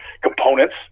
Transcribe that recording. components